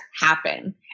happen